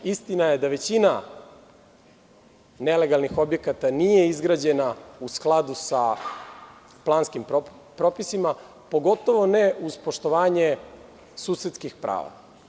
Istina je da većina nelegalnih objekata nije izgrađena u skladu sa planskim propisima, pogotovo ne uz poštovanje susedskih prava.